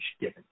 given